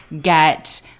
get